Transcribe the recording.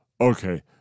okay